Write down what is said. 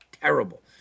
terrible